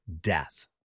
death